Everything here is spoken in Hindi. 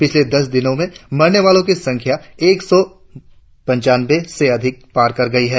पिछले दस दिनो में मरने वालो की संख्या एक सौ पंचानंवे से अधिक पार कर गई है